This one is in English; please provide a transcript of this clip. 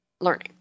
learning